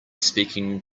speaking